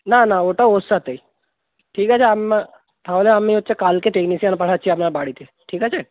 না না ওটা ওর সাথেই ঠিক আছে আমি তাহলে আমি হচ্ছে কালকে টেকনিশিয়ান পাঠাচ্ছি আপনার বাড়িতে ঠিক আছে